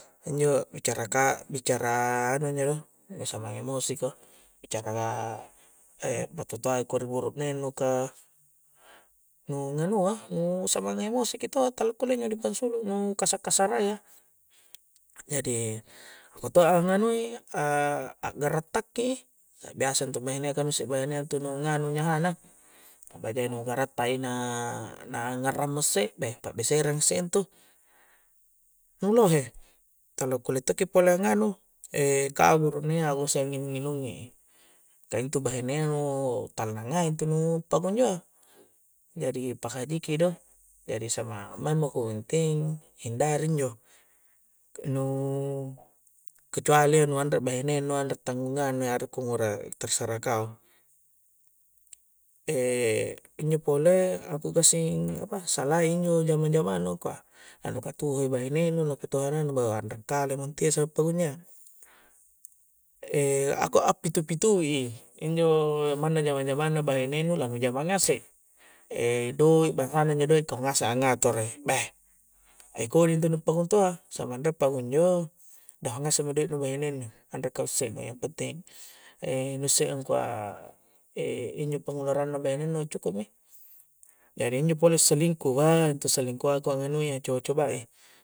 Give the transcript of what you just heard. injo bicara ka' bicara anu injo' do nu samang emosi ko bicara e' patu' toa'i ko ri' burune'ng nu' kah nu' nganua' nu' samang emosiki tawwa tala kulle' injo' dipansulu' nu' kasar-kasarayya', jadi ko toa' nganu'i a'garattaki'i, kah biasa intu mae' nengkua' nu isse'i kua' inne' intu' nu nganu nyaha'na bahine' nu garattai' na, na ngarrang' mo sse' beh pa'besserang isse' intu', lohe tala kulle' to' ki pole nganu', e' kah burune'ya usse'ngi mungi'-mungi' i', kah intu' bahi'ne ya nu' talla ngai' intu' nu' pakunjoa' jadi pakahajiki'i do, jadi samang maeng mako bunting hindari injo', kah nu' kecuali ya nu' anre bahi'nenu anre' tanggunga'nu anre' ko ngura' terserah kau e' injo' pole ako' gassing' apa salain injo' jamang-jamang nu' kua', anu katuho' bahi'nenu lompo to' ana nu', beh anre' kale'mo intu' ya sa' pakunjo' ya e' ako' akpitu' pitu'i injo' manna-manna jamang-jamang nu' bahi'nenu langu'jama' ngase' e' doi', njo' doi' kau ngase' a' ngatoro'i beh e' kodi' intu' nu pakuntoa' samang re' pa' kunjo', dahung ngasengmi do'i nu bahi'nenu anre' kausse' yang penting, e' nu isse'ngi ngangkua' e' injo' pengeluaranna' bahi'ne nu cukup mi jadi injo' pole selingkuh' wah intu' selingkuh' a' ngangkua' anu'i ya co' cobai'i